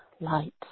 light